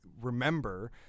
remember